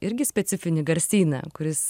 irgi specifinį garsyną kuris